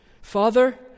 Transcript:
Father